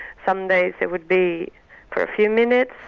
some days it would be for a few minutes,